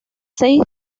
seis